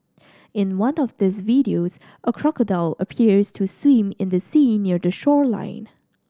in one of these videos a crocodile appears to swim in the sea near the shoreline